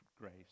grace